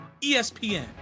ESPN